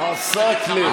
עסאקלה.